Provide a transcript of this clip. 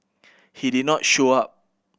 he did not show up